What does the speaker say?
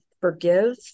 forgive